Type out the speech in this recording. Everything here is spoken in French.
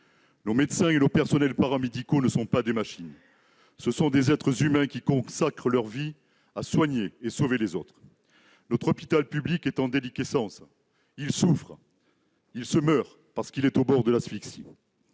Nos médecins et nos personnels paramédicaux ne sont pas des machines. Ce sont des êtres humains qui consacrent leur vie à soigner et à sauver les autres. Notre hôpital public est en déliquescence ; il souffre et il se meurt, parce qu'il est au bord de l'asphyxie